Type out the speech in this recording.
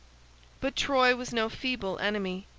but troy was no feeble enemy.